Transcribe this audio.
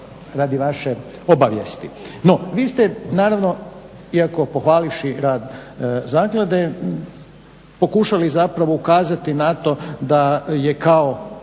radi vaše obavijesti. No, vi ste naravno iako pohvalivši rad zaklade pokušali zapravo ukazati na to da je kao